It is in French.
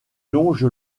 longe